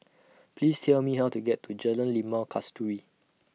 Please Tell Me How to get to Jalan Limau Kasturi